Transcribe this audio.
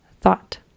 thought